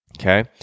Okay